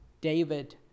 David